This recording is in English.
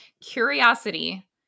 curiosity